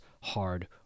hard